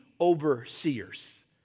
overseers